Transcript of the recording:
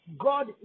God